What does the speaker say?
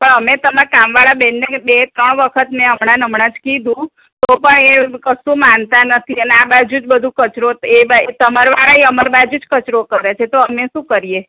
પણ અમે તમને કામવાળા બેનને બે ત્રણ વખત મેં હમણાં હમણાં જ કીધું તો પણ એ કશું માનતા નથી અને આ બાજુ જ બધો કચરો એ બાજુ તમારા વાળા એ અમાર બાજુ જ કચરો કરે છે તો અમે શું કરીએ